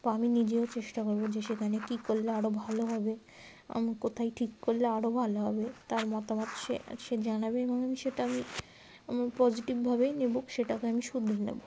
তো আমি নিজেও চেষ্টা করব যে সেখানে কী করলে আরও ভালো হবে আমি কোথায় ঠিক করলে আরও ভালো হবে তার মতামত সে সে জানাবে এবং আমি সেটা আমি আমি পজিটিভভাবেই নেব সেটাকে আমি শুধরে নেব